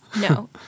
No